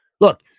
Look